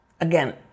again